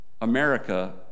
America